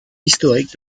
historique